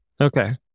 Okay